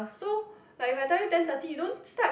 so like if I tell you ten thirty you don't start